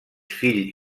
fill